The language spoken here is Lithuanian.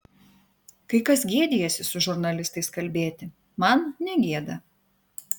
kai kas gėdijasi su žurnalistais kalbėti man negėda